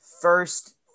first